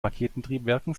raketentriebwerken